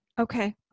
Okay